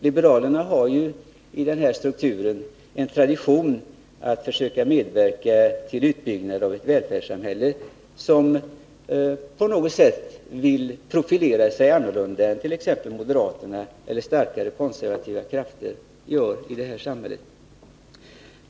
Liberalerna har ju i den här strukturen en tradition att försöka medverka till en utbyggnad av välfärdssamhället och vill på något sätt profilera sig annorlunda än t.ex. moderaterna eller de starkare konservativa krafterna i samhället.